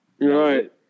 Right